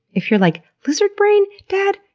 if you're like, lizard rain, dad?